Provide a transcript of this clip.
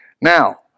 Now